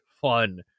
fun